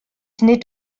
nid